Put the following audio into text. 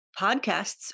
podcasts